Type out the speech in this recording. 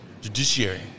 Judiciary